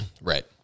Right